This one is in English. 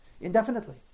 indefinitely